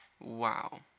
Wow